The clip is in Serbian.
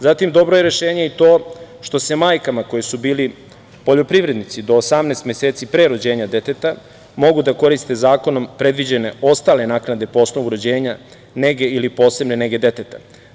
Zatim, dobro je rešenje i to što majke koje su bile poljoprivrednice do 18 meseci pre rođenja deteta mogu da koriste zakonom predviđene ostale naknade po osnovu rođenja, nege ili posebne nege deteta.